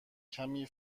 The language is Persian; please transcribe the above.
کمی